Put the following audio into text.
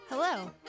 Hello